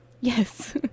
Yes